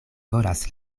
volas